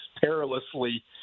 perilously